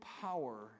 power